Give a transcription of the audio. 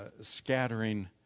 scattering